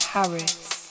Harris